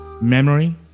memory